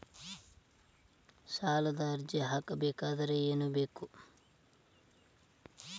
ಸಾಲದ ಅರ್ಜಿ ಹಾಕಬೇಕಾದರೆ ಏನು ಬೇಕು?